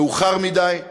מאוחר מדי,